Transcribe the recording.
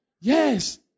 Yes